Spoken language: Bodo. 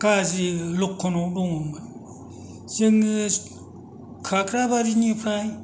गाज्रि लक्षनाव दङमोन जोङो खाक्राबारिनिफ्राय